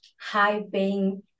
high-paying